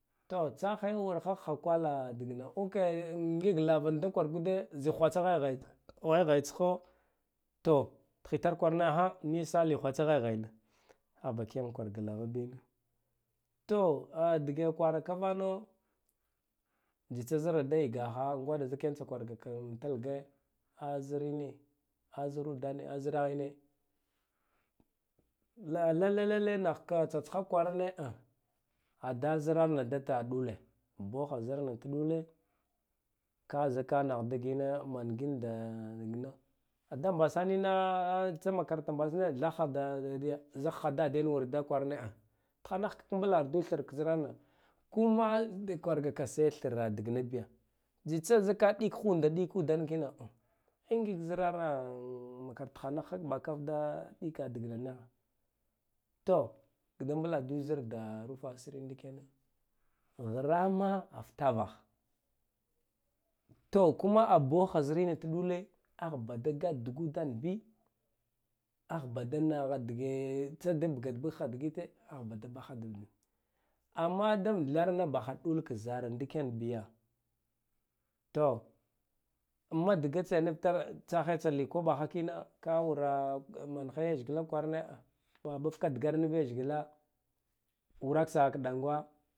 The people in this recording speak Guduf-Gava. To tsahayen warhahho kwale dagna ukke ngig lava nda kwargu de zik nwatsa haya haya tsho to thitar kwarane ha nisa li hwa tsa hayhay ni ah ba kiya ma kwi rga lava bin to dige kwara kamame tsitsa zram da yagaha ngwaɗa zik yam tsa kwarga kan talge a zirine a zandare yine lalelele nah ka tsatska kwa rane anh ada zrana da ta ɗule boha zarna ta ɗule ka zika ma digi ne man ginda na da mba sanina tsa makaranta mbajuval thahha da diya zik ha dadden da kwarane anh thanahha mbladuk thr zrama kuma zi kwarga ka sai thra dagna biya zitsa zaka ɗik hunde dikudan kino a ngig zrara makra tha nah da ɓakat da ɗika dagna nah to mbla da zar da rufa asiri nɗiken hra ma a ftavaha to kuma a boha zirena tukɗule ahba da gudan bi ahbah da naha dige da tsa buge ha bug ha digite ahba da ɓaha d ɓabi amma da amtharna bahha ɗulka zara ndiken biya to amma diga tse nivatare tsahe tsa likoɓa ha kina ka wura mandhe leshghla kwarane a ɓatka dgra nava leshgla wuraksahaɗangwa.